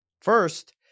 First